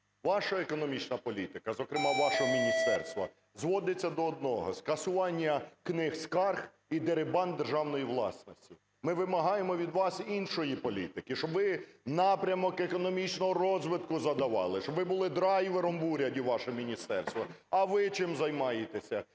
Ваша економічна політика, зокрема вашого міністерства, зводиться до одного: скасування книг скарг і дерибан державної власності. Ми вимагаємо від вас іншої політики, щоб ви напрямок економічного розвитку задавали, щоб ви були драйвером в уряді вашого міністерства. А ви чим займаєтеся?